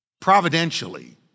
providentially